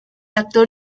actor